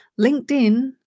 LinkedIn